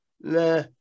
nah